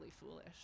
foolish